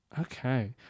Okay